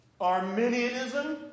Arminianism